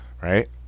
right